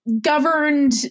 governed